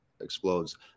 explodes